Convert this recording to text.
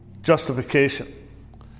justification